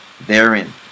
therein